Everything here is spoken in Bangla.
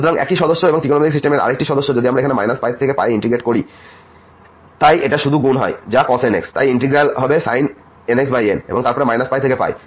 সুতরাং এই এক সদস্য এবং এই ত্রিকোণমিতিক সিস্টেমের আরেকটি সদস্য এবং যদি আমরা π থেকে তে ইন্টিগ্রেট করি তাই এটা শুধু গুণ হয় যা cos nx তাই ইন্টিগ্র্যাল হবে sin nx n এবং তারপর π থেকে